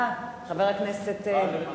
חבר הכנסת גאלב?